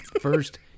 First